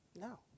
no